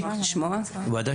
ודאי